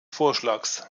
vorschlags